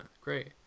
Great